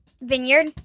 Vineyard